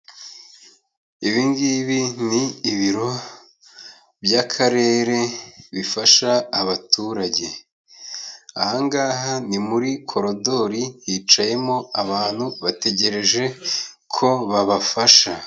Ibi ngibi ni ibiro by'akarere, bifasha abaturage, aha ngaha ni muri korodori, hicayemo abantu bategereje ko babafasha.